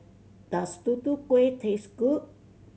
does Tutu Kueh taste good